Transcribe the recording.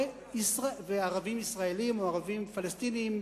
ערבים ישראלים או ערבים פלסטינים,